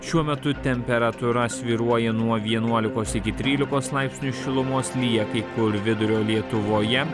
šiuo metu temperatūra svyruoja nuo vienuolikos iki trylikos laipsnių šilumos lyja kai kur vidurio lietuvoje